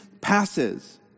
passes